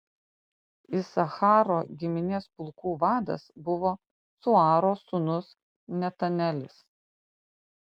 isacharo giminės pulkų vadas buvo cuaro sūnus netanelis